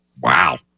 Wow